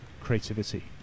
creativity